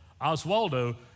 Oswaldo